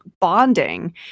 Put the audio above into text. bonding